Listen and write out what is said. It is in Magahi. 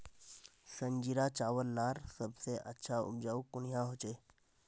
संजीरा चावल लार सबसे अच्छा उपजाऊ कुनियाँ होचए?